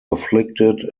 afflicted